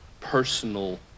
personal